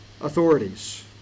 authorities